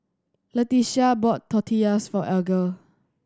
Letitia bought Tortillas for Alger